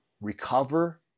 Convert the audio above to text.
recover